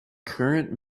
current